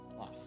off